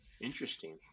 interesting